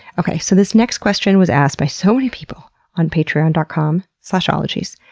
okay, so this next question was asked by so many people on patreon dot com slash ologies,